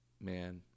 man